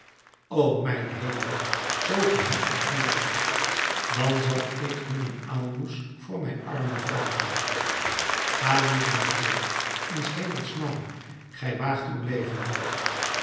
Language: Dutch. o mijn hemel zoo ge hen ontmoette dan zal ik hun een aalmoes voor mijn armen vragen ga niet monseigneur in s hemels naam gij waagt uw leven